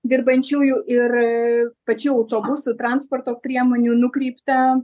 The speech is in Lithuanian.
dirbančiųjų ir pačių autobusų transporto priemonių nukreipta